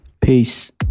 Peace